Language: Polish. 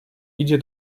idzie